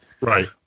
Right